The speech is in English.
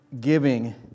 giving